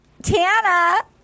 Tana